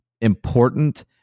important